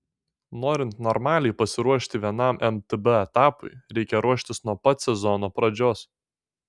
norint normaliai pasiruošti vienam mtb etapui reikia ruoštis nuo pat sezono pradžios